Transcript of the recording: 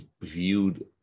viewed